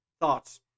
Thoughts